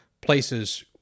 places